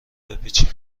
بپیچید